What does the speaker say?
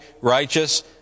righteous